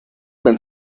man